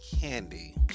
candy